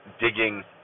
digging